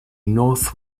north